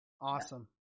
awesome